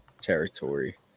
territory